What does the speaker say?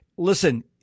Listen